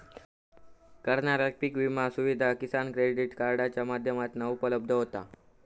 करणाऱ्याक पीक विमा सुविधा किसान क्रेडीट कार्डाच्या माध्यमातना उपलब्ध होता